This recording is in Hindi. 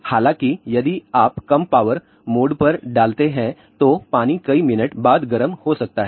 हालांकि यदि आप कम पावर मोड पर डालते हैं तो पानी कई मिनट बाद गर्म हो सकता है